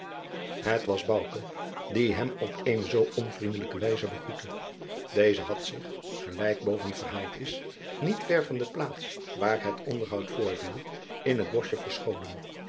het was bouke die hem op eene zoo onvriendelijke wijze begroette deze had zich gelijk boven verhaald is niet ver van de plaats waar het onderhoud voorviel in t boschje verscholen